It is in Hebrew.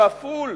כפול